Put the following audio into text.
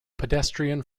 pedestrian